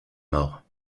morts